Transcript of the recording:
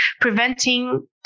Preventing